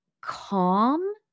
calm